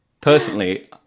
personally